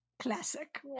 Classic